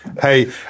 Hey